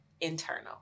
internal